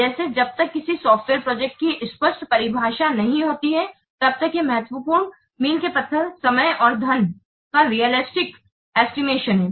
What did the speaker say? जैसे जब तक किसी सॉफ्टवेयर प्रोजेक्ट की स्पष्ट परिभाषा नहीं होती है तब तक यह महत्वपूर्ण मील के पत्थर समय और धन का realistic एस्टिमेशन है